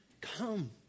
come